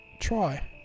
try